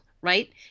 right